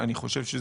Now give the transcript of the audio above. לישראלים.